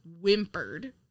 whimpered